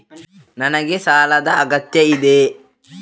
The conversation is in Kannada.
ನನಗೆ ಸಾಲದ ಅಗತ್ಯ ಇದೆ?